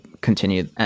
continue